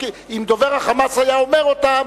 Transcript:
שאם דובר ה"חמאס" היה אומר אותם,